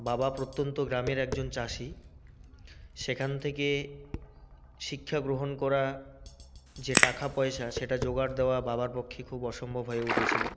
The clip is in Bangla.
বাবা প্রত্যন্ত গ্রামের একজন চাষি সেখান থেকে শিক্ষাগ্রহণ করা যে টাকা পয়সা সেটা জোগাড় দেওয়া বাবার পক্ষে খুব অসম্ভব হয়ে উটেছিলো